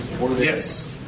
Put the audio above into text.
Yes